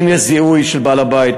אם יש זיהוי של בעל הבית,